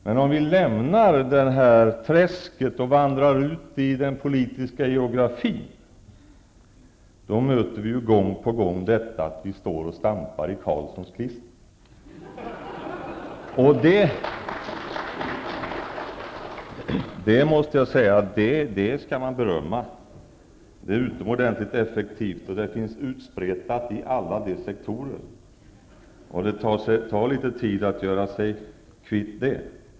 Men om vi lämnar detta träsk och vandrar ut i den politiska geografin, möter vi gång på gång talet om att vi står och stampar i Carlssons klister. Jag måste säga att det skall man berömma. Det är utomordentligt effektivt, det finns utspretat i alla sektorer, och det tar litet tid att göra sig kvitt det.